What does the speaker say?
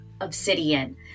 obsidian